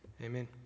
amen